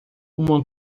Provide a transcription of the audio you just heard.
uma